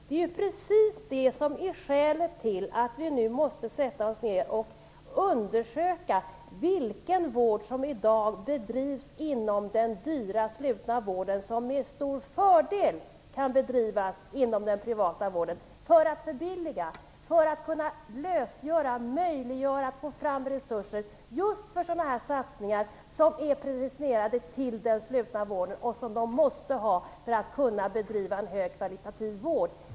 Det är ju precis det som är skälet till att vi nu måste sätta oss ner och undersöka vilken vård som i dag bedrivs inom den dyra slutna vården som med stor fördel kan bedrivas inom den privata vården för att förbilliga och för att möjliggöra resurser just för sådana satsningar som är prejudicerade till den slutna vården och som de där måste ha för att bedriva en högkvalitativ vård.